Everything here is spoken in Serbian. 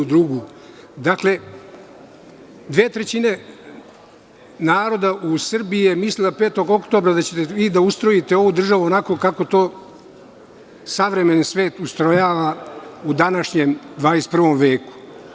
Dve trećine naroda u Srbiji je mislilo 5. oktobra da ćete vi da ustrojite ovu državu onako kako to savremen svet ustrojava u današnjem 21. veku.